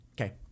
Okay